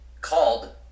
called